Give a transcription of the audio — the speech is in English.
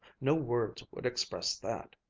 no words would express that.